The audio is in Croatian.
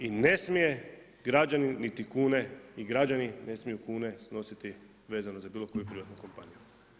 I ne smije građanin niti kune, ni građani ne smiju niti kune snositi vezano za bilo koju privatnu kompaniju.